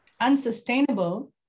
unsustainable